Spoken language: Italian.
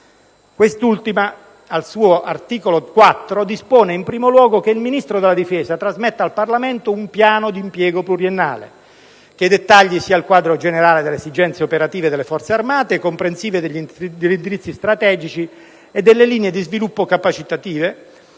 quale, all'articolo 4, dispone, in primo luogo, che il Ministro della difesa trasmetta al Parlamento un piano di impiego pluriennale che dettagli sia il quadro generale delle esigenze operative delle Forze armate (comprensive degli indirizzi strategici e delle linee di sviluppo capacitive),